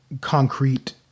concrete